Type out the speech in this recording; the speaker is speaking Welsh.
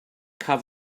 cafodd